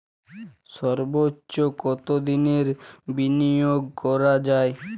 সর্বোচ্চ কতোদিনের বিনিয়োগ করা যায়?